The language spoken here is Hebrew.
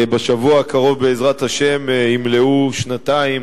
בשבוע הקרוב בעזרת השם ימלאו שנתיים